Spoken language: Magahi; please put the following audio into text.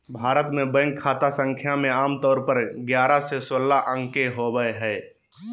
भारत मे बैंक खाता संख्या मे आमतौर पर ग्यारह से सोलह अंक के होबो हय